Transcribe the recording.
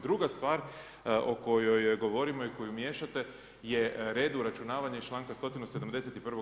Druga stvar o kojoj govorimo i koju miješate je red uračunavanja iz članka 171.